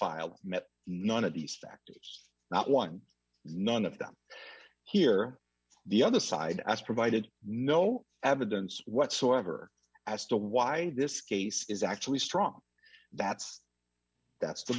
met none of these facts not one none of them here the other side has provided no evidence whatsoever as to why this case is actually strong that's that's the